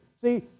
See